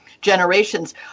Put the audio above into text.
generations